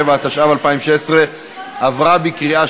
87), התשע"ו 2016, נתקבל.